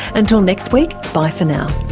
until next week bye for now